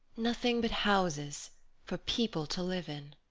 nothing but houses for people to live in.